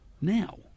now